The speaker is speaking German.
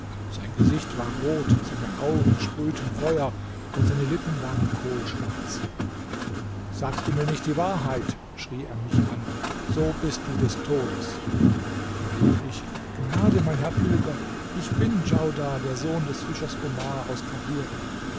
sein gesicht war rot seine augen sprühten feuer und seine lippen waren kohlschwarz sagst du mir nicht die wahrheit schrie er mich an so bist du des todes da rief ich gnade mein herr pilger ich bin djaudar der sohn des fischers omar aus